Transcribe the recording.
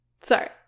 sorry